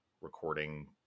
recording